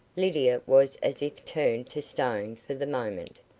lydia was as if turned to stone for the moment.